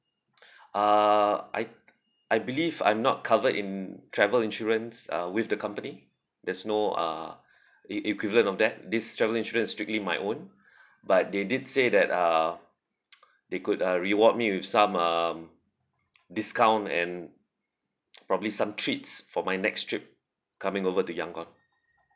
uh I I believe I'm not covered in travel insurance uh with the company there's no uh eq~ equivalent of that this travel insurance is strictly my own but they did say that uh they could uh reward me with some um discount and probably some treats for my next trip coming over to yangon